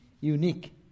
unique